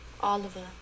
Oliver